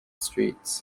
street